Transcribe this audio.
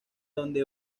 donde